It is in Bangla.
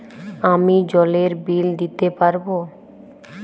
আমি জলের বিল দিতে পারবো?